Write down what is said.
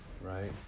right